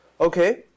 Okay